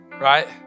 right